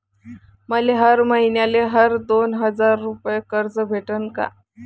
मले हर मईन्याले हर दोन हजार रुपये कर्ज भेटन का?